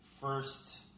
First